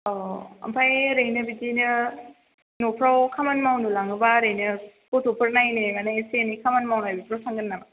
अ' ओमफाय ओरैनो बिदिनो न'फ्राव खामानि मावनो लाङोबा ओरैनो गथ'फोर नायनाय मानाय एसे एनै खामानि मावनाय बिदियाव थांगोन नामा